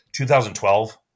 2012